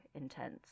intense